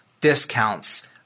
discounts